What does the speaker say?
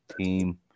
team